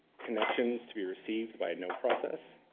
connections to be received by a node process,